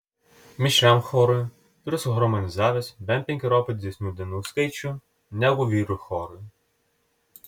mišriam chorui turiu suharmonizavęs bent penkeriopai didesnį dainų skaičių negu vyrų chorui